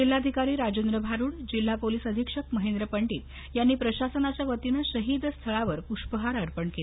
जिल्हाधिकारी राजेंद्र भारुड जिल्हा पोलीस अधिक्षक महेंद्र पंडीत यांनी प्रशासनाच्या वतीनं शहीद स्थळावर प्ष्पहार अर्पण केला